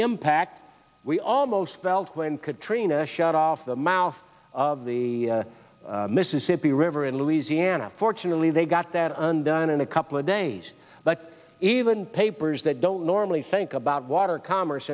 impact we almost felt when katrina shut off the mouth of the mississippi river in louisiana fortunately they got that on done in a couple of days but even papers that don't normally think about water commerce